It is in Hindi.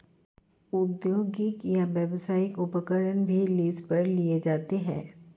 औद्योगिक या व्यावसायिक उपकरण भी लीज पर दिए जाते है